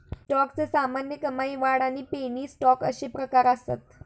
स्टॉकचे सामान्य, कमाई, वाढ आणि पेनी स्टॉक अशे प्रकार असत